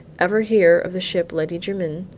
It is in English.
ever hear of the ship lady jermyn?